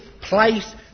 place